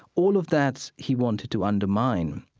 all of that he wanted to undermine